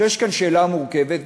שיש כאן שאלה מורכבת,